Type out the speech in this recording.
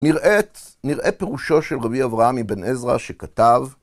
נראה את... נראה פירושו של רבי אברהם אבן עזרא שכתב...